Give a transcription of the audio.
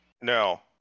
No